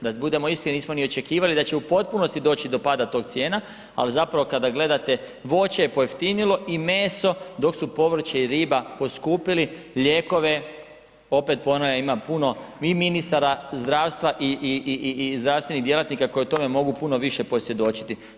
Da budemo iskreni, nismo ni očekivali da će u potpunosti doći do pada tih cijela, ali zapravo kada gledate voće je pojeftinilo i meso dok su povrće i riba poskupili, lijekove, opet ponavljam ima puno i ministara zdravstva i zdravstvenih djelatnika koji o tome mogu puno više posvjedočiti.